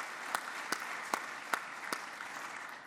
(מחיאות כפיים)